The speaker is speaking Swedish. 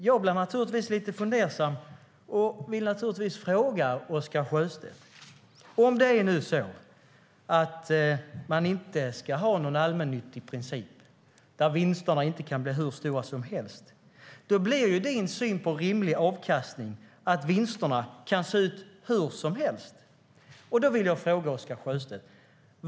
Jag blir naturligtvis lite fundersam och vill fråga Oscar Sjöstedt: Om man inte ska ha någon allmännyttig princip, där vinsterna inte kan bli hur som stora som helst, blir din syn på rimlig avkastning att vinsterna kan se ut hur som helst.